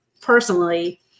personally